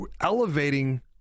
elevating